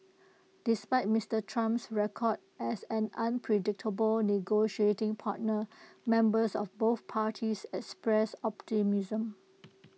despite Mister Trump's record as an unpredictable negotiating partner members of both parties expressed optimism